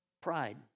Pride